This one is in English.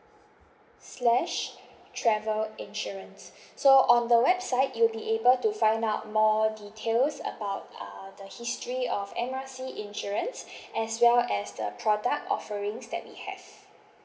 slash travel insurance so on the website you'll be able to find out more details about uh the history of M R C insurance as well as the product offerings that we have